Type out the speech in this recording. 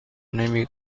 نمی